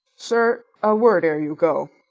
sir, a word ere you go.